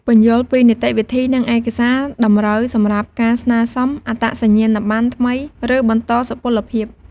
ពន្យល់ពីនីតិវិធី និងឯកសារតម្រូវសម្រាប់ការស្នើសុំអត្តសញ្ញាណប័ណ្ណថ្មី ឬបន្តសុពលភាព។